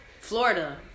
Florida